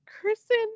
Kristen